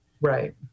right